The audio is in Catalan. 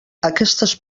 aquestes